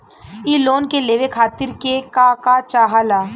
इ लोन के लेवे खातीर के का का चाहा ला?